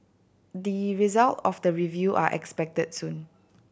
the result of the review are expected soon